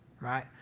right